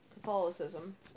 Catholicism